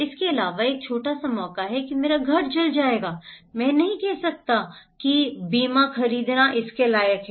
इसके अलावा एक छोटा सा मौका है कि मेरा घर जल जाएगा मैं नहीं कह सकता कि बीमा खरीदना इसके लायक है